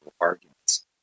arguments